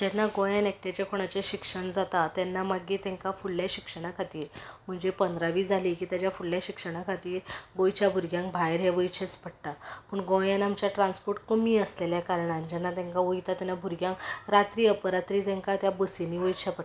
जेन्ना गोंयान एकट्याचें कोणाचें शिक्षण जाता तेन्ना मागीर तेंकां फुडल्या शिक्षणा खातीर म्हणजे पंदरावी जाली की ताजे फुडल्या शिक्षणा खातीर गोंयच्या भुरग्यांक भायर हें वयचेंच पडटा पूण गोंयान आमच्या ट्रान्सपोर्ट कमी आसलेल्या कारणान जेन्ना तेंकां वयता तेन्ना भुरग्यांक रात्री अपरात्री तेंकां त्या बसिंनी वयचें पडटा